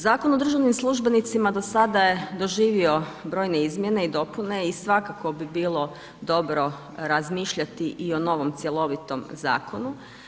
Zakon o državnim službenicima do sada je doživio brojne izmjene i dopune i svakako bi bilo dobro razmišljati i o novom cjelovitom zakonu.